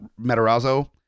Matarazzo